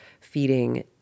feeding